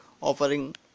offering